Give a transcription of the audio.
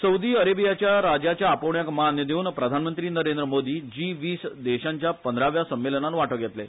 सौदी अरेबियाचे राजाच्या आपोवण्याक मान दिवन प्रधानमंत्री नरेंद्र मोदी जी वीस देशांच्या पंदराव्या संमेलनान वांटो घेतले